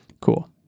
Cool